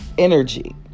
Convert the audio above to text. Energy